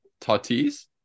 Tatis